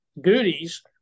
duties